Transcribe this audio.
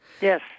Yes